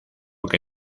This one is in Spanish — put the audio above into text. que